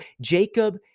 Jacob